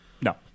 No